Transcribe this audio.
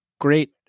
great